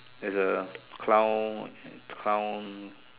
there's a clown clown